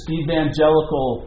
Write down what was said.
evangelical